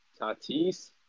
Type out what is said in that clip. Tatis